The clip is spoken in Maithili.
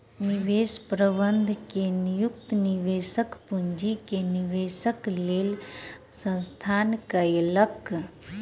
निवेश प्रबंधक के नियुक्ति निवेश पूंजी के निवेशक लेल संस्थान कयलक